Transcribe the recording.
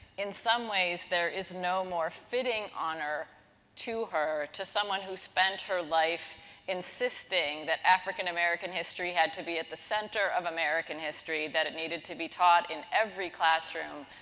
in some ways, there is no more fitting honor to her, to someone who spent her life insisting that african american history had to be at the center of american history, that it needed to be taught in every classroom,